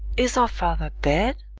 is our father dead?